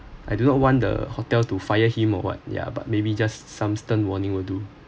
I do not want the hotel to fire him or what yeah but maybe just some stern warning will do